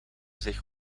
zich